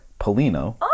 Polino